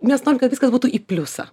mes norim kad viskas būtų į pliusą